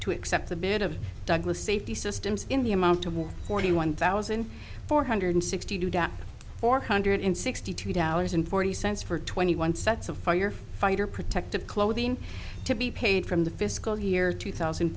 except the bit of douglas safety systems in the amount to war forty one thousand four hundred sixty two four hundred sixty two dollars and forty cents for twenty one sets of fire fighter protective clothing to be paid from the fiscal year two thousand